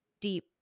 deep